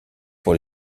pour